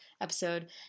episode